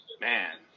Man